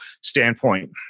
standpoint